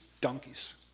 donkeys